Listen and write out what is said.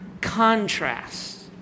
contrast